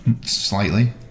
Slightly